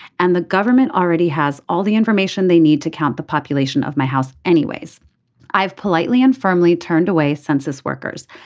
and the government already has all the information they need to count the population of my house. anyways i've politely and firmly turned away census workers.